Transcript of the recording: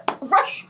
Right